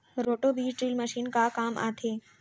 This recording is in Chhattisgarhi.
रोटो बीज ड्रिल मशीन का काम आथे?